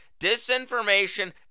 disinformation